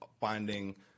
finding